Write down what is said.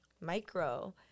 micro